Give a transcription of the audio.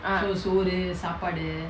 ah